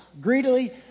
Greedily